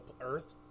earth